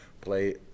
play